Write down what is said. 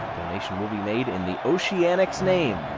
donation will be made in the oceanics' name.